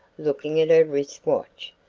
looking at her wrist-watch.